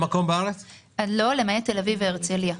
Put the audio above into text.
למעט תל-אביב והרצליה.